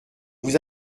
vous